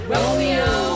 Romeo